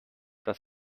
das